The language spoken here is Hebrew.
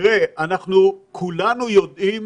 אנחנו כולנו יודעים